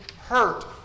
hurt